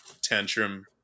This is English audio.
tantrum